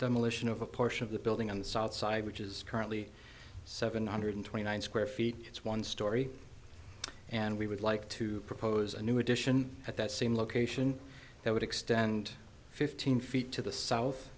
demolition of a portion of the building on the south side which is currently seven hundred twenty nine square feet it's one story and we would like to propose a new addition at that same location that would extend fifteen feet to the south